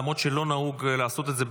למרות שלא נהוג לעשות את זה,